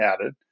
added